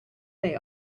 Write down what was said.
they